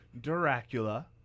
Dracula